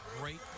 great